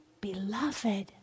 beloved